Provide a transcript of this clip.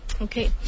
Okay